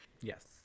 Yes